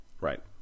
right